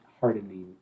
hardening